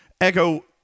Echo